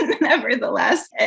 nevertheless